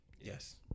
yes